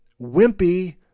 wimpy